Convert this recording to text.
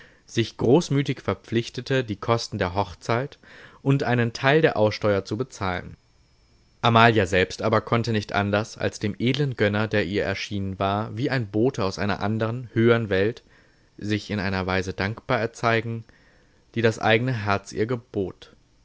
sich großmütig verpflichtete die kosten der hochzeit und einen teil der aussteuer zu bezahlen amalia selbst aber konnte nicht anders als dem edlen gönner der ihr erschienen war wie ein bote aus einer andern höhern welt sich in einer weise dankbar erzeigen die das eigne herz ihr gebot